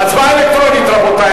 אלקטרונית.